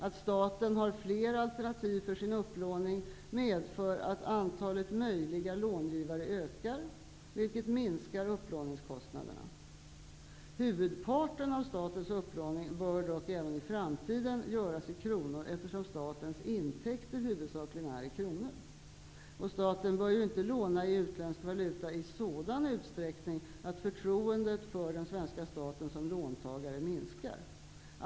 Att staten har fler alternativ för sin upplåning medför att antalet möjliga långivare ökar, vilket minskar upplåningskostnaderna. Huvudparten av statens upplåning bör dock även i framtiden göras i kronor, eftersom statens intäkter huvudsakligen är i kronor. Staten bör inte låna i utländsk valuta i sådan utsträckning att förtroendet för den svenska staten som låntagare minskar.